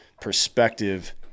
perspective